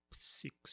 six